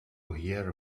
hear